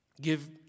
Give